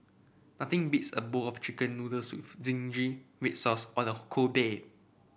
nothing beats a bowl of chicken noodles with zingy red sauce on a cold day